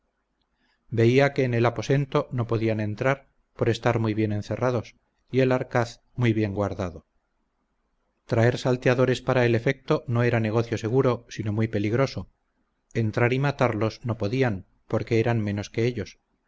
veía que en el aposento no podían entrar por estar muy bien encerrados y el arcaz muy bien guardado traer salteadores para el efecto no era negocio seguro sino muy peligroso entrar y matarlos no podían porque eran menos que ellos